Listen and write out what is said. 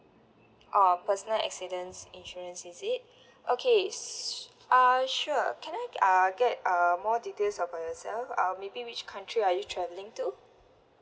oh personal accidents insurance is it okay s~ uh sure can I uh get uh more details about yourself uh maybe which country are you travelling to